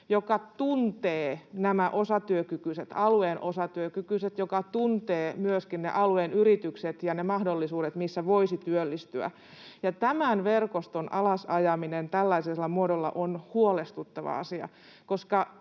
osatyökykyiset, alueen osatyökykyiset, ja joka tuntee myöskin ne alueen yritykset ja ne mahdollisuudet, missä voisi työllistyä. Tämän verkoston alasajaminen tällaisella muodolla on huolestuttava asia,